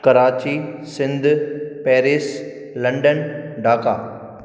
Karachi sind Paris London Dhaka